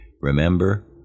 Remember